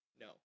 no